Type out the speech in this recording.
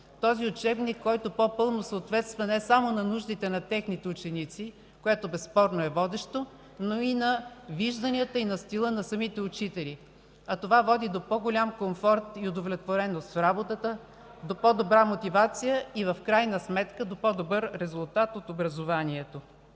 този учебник, който по-пълно съответства не само на нуждите на техните ученици, което безспорно е водещо, но и на вижданията и стила на самите учители. Това води до по-голям комфорт и удовлетвореност в работата, по-добра мотивация и в крайна сметка – до по-добър резултат от образованието.